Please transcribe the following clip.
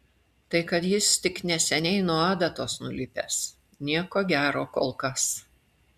tai kad jis tik neseniai nuo adatos nulipęs nieko gero kol kas